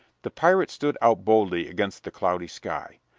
the pirate stood out boldly against the cloudy sky.